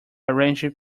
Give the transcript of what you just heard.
arranging